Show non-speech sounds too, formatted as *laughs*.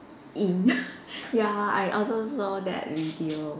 in *laughs* ya I also know that video